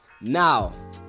Now